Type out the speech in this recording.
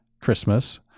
Christmas